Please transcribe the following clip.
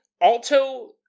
Alto